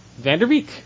Vanderbeek